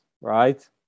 right